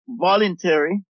voluntary